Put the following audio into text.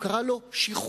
הוא קרא לו שחרור: